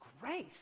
Grace